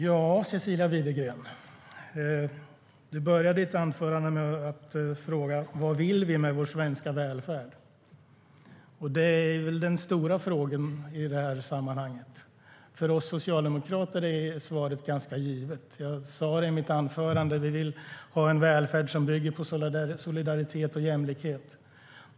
Herr talman! Du börjar ditt anförande med att fråga vad vi vill med vår svenska välfärd, Cecilia Widegren. Det är väl den stora frågan i det här sammanhanget. För oss socialdemokrater är svaret ganska givet, och jag sa det i mitt anförande. Vi vill ha en välfärd som bygger på solidaritet och jämlikhet.